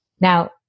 Now